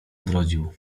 odrodził